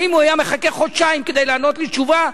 האם הוא היה מחכה חודשיים כדי לענות לי תשובה?